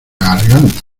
garganta